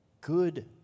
good